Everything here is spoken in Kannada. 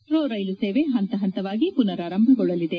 ಮೆಟ್ರೋ ರೈಲು ಸೇವೆ ಹಂತ ಹಂತವಾಗಿ ಪುನರಾರಂಭಗೊಳ್ಳಲಿದೆ